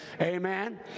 amen